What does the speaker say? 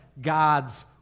God's